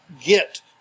get